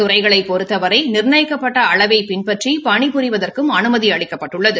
துறைகளைப் பொறுத்தவரை நிர்ணயிக்கப்பட்ட அளவை பின்பற்றி பணி புரிவதற்கும் அனுமதி இதா அளிக்கப்பட்டுள்ளது